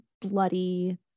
bloody